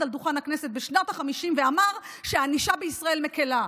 על דוכן הכנסת בשנות החמישים ואמר שהענישה בישראל מקילה.